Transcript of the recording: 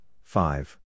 five